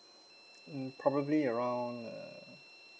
mm probably around err